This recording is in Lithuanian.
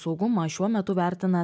saugumą šiuo metu vertina